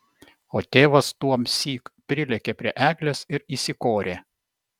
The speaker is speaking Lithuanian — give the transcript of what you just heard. o tėvas tuomsyk prilėkė prie eglės ir įsikorė